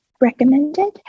recommended